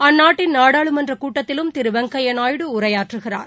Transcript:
அந்நாட்டின் நாடாளுமன்றகூட்டத்திலும் திருவெங்கையாநாயுடு உரையாற்றுகிறார்